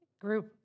group